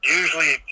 usually